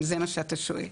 אם זה מה שאתה שואל.